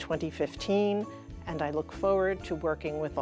twenty fifteen and i look forward to working with